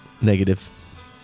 Negative